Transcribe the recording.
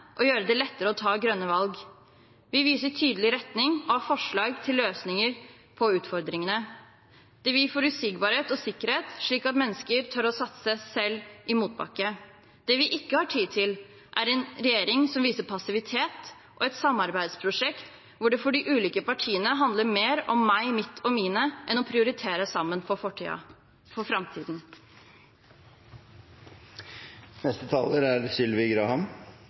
og gjøre det lettere å ta grønne valg. Vi viser tydelig retning og har forslag til løsninger på utfordringene. Det vil gi forutsigbarhet og sikkerhet, slik at mennesker tør å satse, selv i motbakke. Det vi ikke har tid til, er en regjering som viser passivitet, og et samarbeidsprosjekt hvor det for de ulike partiene handler mer om meg, mitt og mine enn å prioritere sammen for framtida. La meg aller først få slå fast at årets bistandsbudsjett er